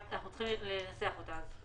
אנחנו צריכים לנסח אותה.